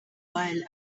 while